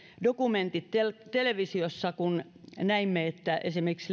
dokumentit televisiossa kun näimme että esimerkiksi